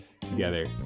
together